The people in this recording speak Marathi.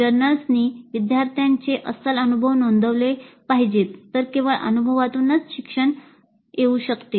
जर्नल्समध्ये विद्यार्थ्यांचे अस्सल अनुभव नोंदवले पाहिजेत तर केवळ अनुभवातूनच शिक्षण मिळू शकते